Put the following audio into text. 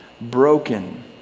broken